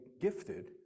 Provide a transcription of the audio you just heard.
gifted